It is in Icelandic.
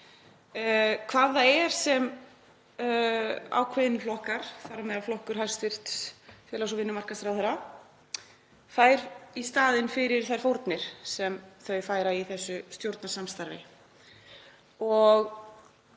hvað það er sem ákveðnir flokkar, þar á meðal flokkur hæstv. félags- og vinnumarkaðsráðherra, fá í staðinn fyrir þær fórnir sem þeir færa í þessu stjórnarsamstarfi.